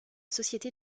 société